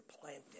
planted